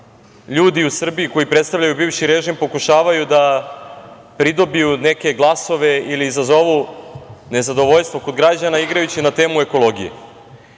ljudi u Srbiji koji predstavljaju bivši režim pokušavaju da pridobiju neke glasove ili izazovu nezadovoljstvo kod građana igrajući na temu ekologije. To